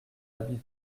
habit